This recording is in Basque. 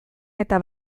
eta